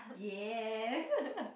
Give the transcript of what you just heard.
yeah